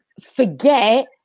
forget